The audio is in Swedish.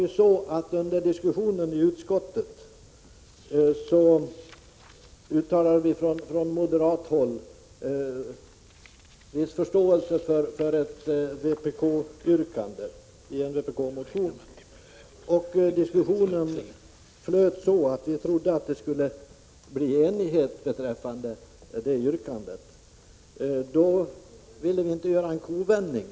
Under diskussionerna i utskottet uttalades det från moderat håll en viss förståelse för ett yrkande i en vpk-motion. Vi trodde att vi skulle uppnå enighet beträffande detta yrkande. Då ville vi inte göra en kovändning.